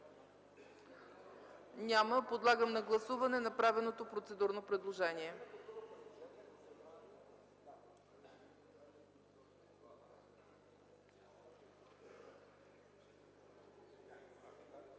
Подлагам на гласуване направеното процедурно предложение